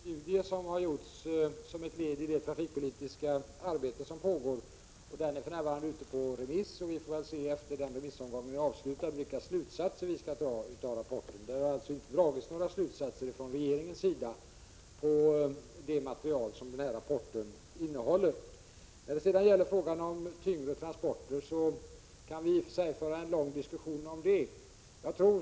Fru talman! EG-studien har gjorts som ett led i det pågående trafikpolitiska arbetet. För närvarande är rapporten ute på remiss. När remissomgången har avslutats får vi väl se vilka slutsatser vi kan dra av rapporten. Regeringen har alltså ännu inte dragit några slutsatser med anledning av materialet i rapporten. Vi kan i och för sig föra en lång diskussion om tyngre transporter.